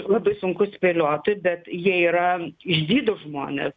labai sunku spėlioti bet jie yra išdidūs žmonės